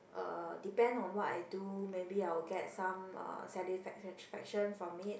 uh depend on what I do maybe I will get some uh satisfaction from it